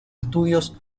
estudios